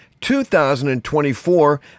2024